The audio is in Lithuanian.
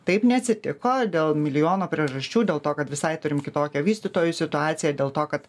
taip neatsitiko dėl milijono priežasčių dėl to kad visai turim kitokią vystytojų situaciją dėl to kad